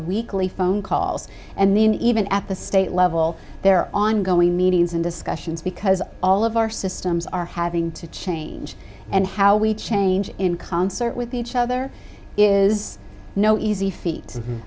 weekly phone calls and then even at the state level they're ongoing meetings and discussions because all of our systems are having to change and how we change in concert with each other is no easy feat